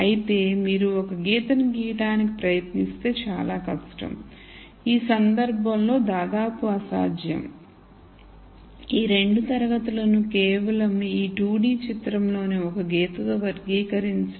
అయితే మీరు ఒక గీతను గీయడానికి ప్రయత్నిస్తే చాలా కష్టం ఈ సందర్భంలో దాదాపు అసాధ్యం ఈ 2 తరగతులను కేవలం ఈ 2 D చిత్రంలోని ఒక గీత తో వర్గీకరించడం